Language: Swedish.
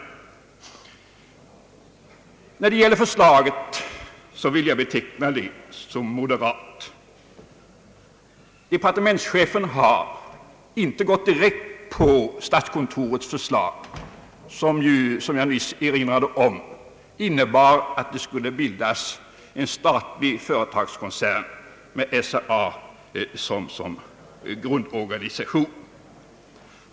Jag vill beteckna utskottsförslaget som moderat. Departementschefen har inte helt följt statskontorets förslag, som ju innebar att det skulle bildas en statlig företagskoncern med SRA som grundorganisation.